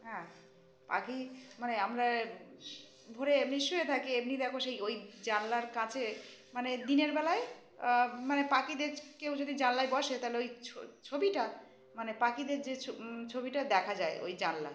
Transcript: হ্যাঁ পাখি মানে আমরা ভোরে এমনি শুয়ে থাকি এমনি দেখি সেই ওই জানলার কাচে মানে দিনের বেলায় মানে পাখিদের কেউ যদি জানলায় বসে তাহলে ওই ছবিটা মানে পাখিদের যে ছবিটা দেখা যায় ওই জানলা